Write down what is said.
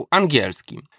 angielskim